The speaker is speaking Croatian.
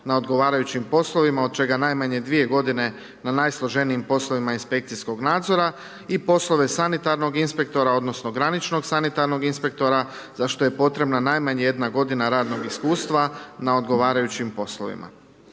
na odgovarajućim poslovima od čega najmanje 2 godine na najsloženijim poslovima inspekcijskog nadzora i poslove sanitarnog inspektora, odnosno graničnog sanitarnog inspektora za što je potrebna najmanje 1 godina radnog iskustva na odgovarajućim poslovima.